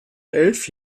elf